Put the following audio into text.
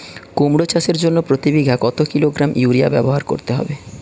কুমড়ো চাষের জন্য প্রতি বিঘা কত কিলোগ্রাম ইউরিয়া ব্যবহার করতে হবে?